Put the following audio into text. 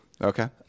Okay